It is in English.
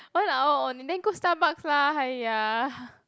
one hour only then go Starbuck lah !aiya!